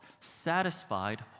satisfied